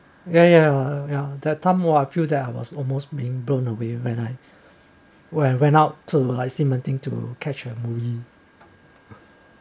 ya ya ya that time !wah! I feel that I was almost being blown away when I when I went out to 西门町 to catch a movie